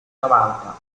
novanta